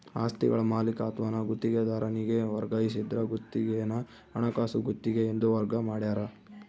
ಆಸ್ತಿಗಳ ಮಾಲೀಕತ್ವಾನ ಗುತ್ತಿಗೆದಾರನಿಗೆ ವರ್ಗಾಯಿಸಿದ್ರ ಗುತ್ತಿಗೆನ ಹಣಕಾಸು ಗುತ್ತಿಗೆ ಎಂದು ವರ್ಗ ಮಾಡ್ಯಾರ